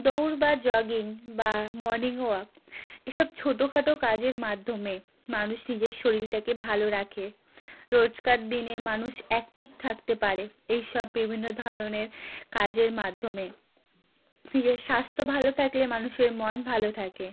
দৌড় বা জগিং বা মর্নিং ওয়াক এইসব ছোটো খাটো কাজের মাধ্যমে মানুষ নিজের শরীরটাকে ভালো রাখে রোজকার দিনে মানুষ অ্যাক্টিভ থাকতে পারে এইসব বিভিন্ন ধরনের কাজের মাধ্যমে নিজের স্বাস্থ্য ভালো থাকলে মানুষের মন ভালো থাকে